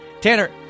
tanner